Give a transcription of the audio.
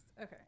Okay